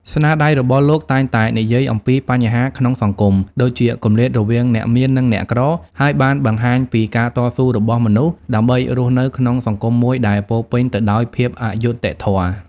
ស្នាដៃរបស់លោកតែងតែនិយាយអំពីបញ្ហាក្នុងសង្គម ដូចជាគម្លាតរវាងអ្នកមាននិងអ្នកក្រ ហើយបានបង្ហាញពីការតស៊ូរបស់មនុស្សដើម្បីរស់នៅក្នុងសង្គមមួយដែលពោរពេញទៅដោយភាពអយុត្តិធម៌។